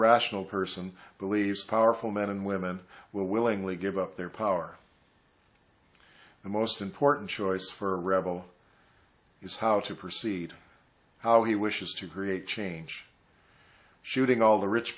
rational person believes powerful men and women will willingly give up their power the most important choice for rebel is how to proceed how he wishes to create change shooting all the rich